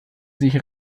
sich